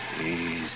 Please